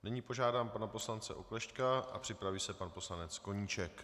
Nyní požádám pana poslance Oklešťka a připraví se pan poslanec Koníček.